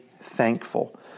thankful